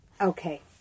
Okay